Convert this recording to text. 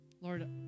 Lord